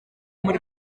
muri